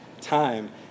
time